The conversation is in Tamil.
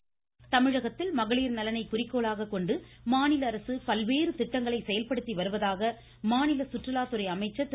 நடராஜன் தமிழகத்தில் மகளிர் நலனை குறிக்கோளாக கொண்டு மாநில அரசு பல்வேறு திட்டங்களை செயல்படுத்தி வருவதாக மாநில சுற்றுலாத்துறை அமைச்சர் திரு